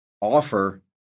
offer